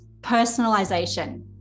personalization